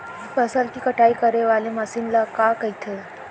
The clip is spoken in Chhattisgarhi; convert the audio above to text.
फसल की कटाई करे वाले मशीन ल का कइथे?